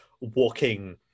walking